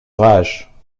rage